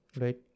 right